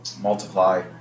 multiply